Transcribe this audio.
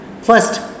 First